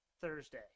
Thursday